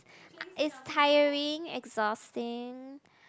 it's tiring exhausting